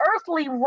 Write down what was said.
earthly